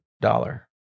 dollar